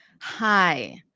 hi